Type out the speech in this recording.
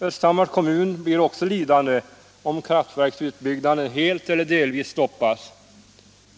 Östhammars kommun blir också lidande om kraftverksutbyggnaden helt eller delvis stoppas.